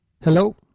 Hello